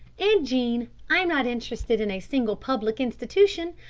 and, jean, i'm not interested in a single public institution!